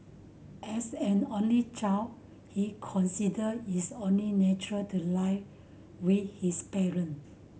as an only child he consider is only natural to live with his parent